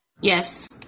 Yes